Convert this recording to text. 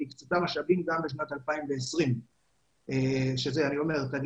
הוקצו משאבים גם לשנת 2020. תגלית,